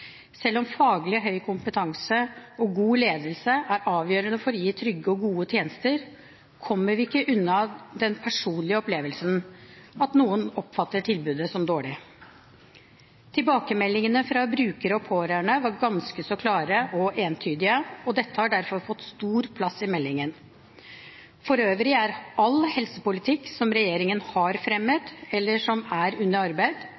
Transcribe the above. Selv om faglig høy kompetanse og god ledelse er avgjørende for å gi trygge og gode tjenester, kommer vi ikke unna den personlige opplevelsen at noen oppfatter tilbudet som dårlig. Tilbakemeldingene fra brukere og pårørende var ganske så klare og entydige, og dette har derfor fått stor plass i meldingen. For øvrig er all helsepolitikk som regjeringen har fremmet, eller som er under arbeid,